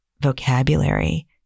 vocabulary